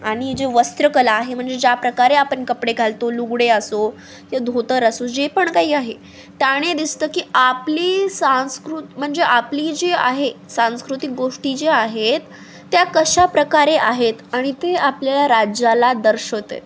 आणि जे वस्त्रकला आहे म्हणजे ज्याप्रकारे आपण कपडे घालतो लुगडे असो किंवा धोतर असो जे पण काही आहे त्याणे दिसतं की आपली सांस्कृ म्हणजे आपली जी आहे सांस्कृतिक गोष्टी जे आहेत त्या कशाप्रकारे आहेत आणि ते आपल्या राज्याला दर्शवते